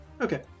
Okay